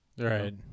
Right